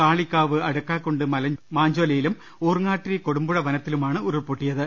കാളിക്കാവ് അടക്കാക്കുണ്ട് മാഞ്ചോലയിലും ഊർങ്ങാട്ടിരി കൊടുമ്പുഴ വനത്തിലുമാണ് ഉരുൾപൊട്ടിയത്